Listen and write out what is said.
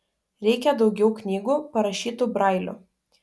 reikia daugiau knygų parašytų brailiu